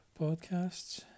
podcasts